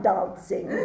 Dancing